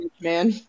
man